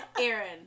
Aaron